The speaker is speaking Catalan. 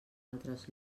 altres